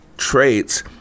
Traits